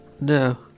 no